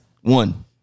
one